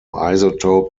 isotope